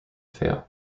fail